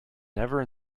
never